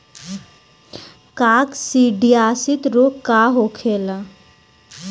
काकसिडियासित रोग का होखेला?